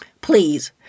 Please